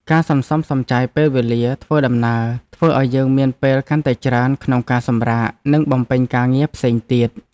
ការសន្សំសំចៃពេលវេលាធ្វើដំណើរធ្វើឱ្យយើងមានពេលកាន់តែច្រើនក្នុងការសម្រាកនិងបំពេញការងារផ្សេងទៀត។